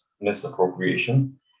misappropriation